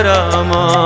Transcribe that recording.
Rama